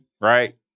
Right